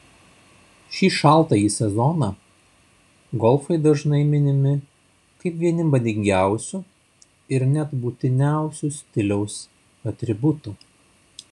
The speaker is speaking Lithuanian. šį šaltąjį sezoną golfai dažnai minimi kaip vieni madingiausių ir net būtiniausių stiliaus atributų